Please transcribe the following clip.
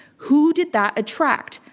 who did that attract?